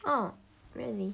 oh really